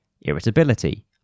irritability